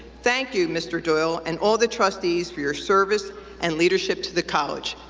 thank you, mr. doyle and all the trustees, for your service and leadership to the college.